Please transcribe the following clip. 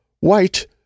White